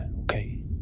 okay